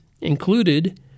included